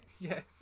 Yes